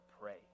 pray